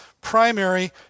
primary